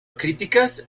críticas